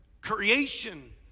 creation